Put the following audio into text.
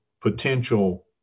potential